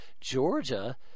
Georgia